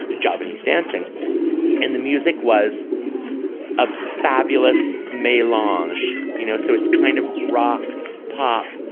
javanese dancing and the music was ah fabulous may longish you know. so it's kind of rock pop.